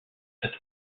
cette